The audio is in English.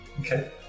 Okay